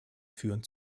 führen